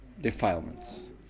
defilements